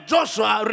Joshua